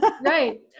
right